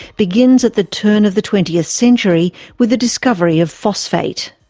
begins at the turn of the twentieth century with the discovery of phosphate.